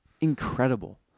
incredible